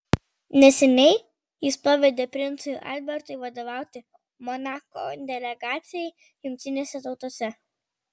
neseniai jis pavedė princui albertui vadovauti monako delegacijai jungtinėse tautose